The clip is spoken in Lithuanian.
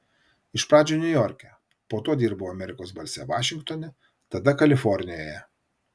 iš pradžių niujorke po to dirbau amerikos balse vašingtone tada kalifornijoje